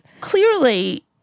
clearly